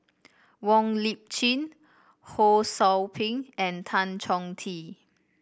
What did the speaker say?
Wong Lip Chin Ho Sou Ping and Tan Chong Tee